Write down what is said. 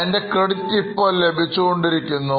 അതിൻറെ ക്രെഡിറ്റ് ഇപ്പോൾ ലഭിച്ചു കൊണ്ടിരിക്കുന്നു